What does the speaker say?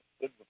good